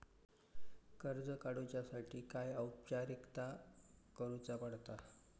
कर्ज काडुच्यासाठी काय औपचारिकता करुचा पडता?